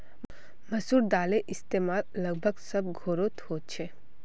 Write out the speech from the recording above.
मसूर दालेर इस्तेमाल लगभग सब घोरोत होछे